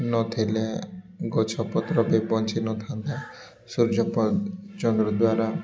ନଥିଲେ ଗଛପତ୍ର ବି ବଞ୍ଚିନଥାନ୍ତା ସୂର୍ଯ୍ୟ ଚନ୍ଦ୍ର ଦ୍ୱାରା